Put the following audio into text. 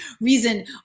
reason